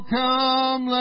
come